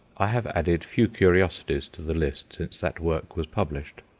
i have added few curiosities to the list since that work was published.